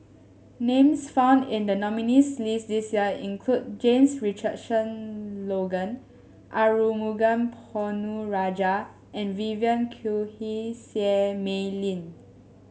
names found in the nominees' list this year include James Richardson Logan Arumugam Ponnu Rajah and Vivien Quahe Seah Mei Lin